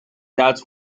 that